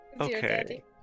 Okay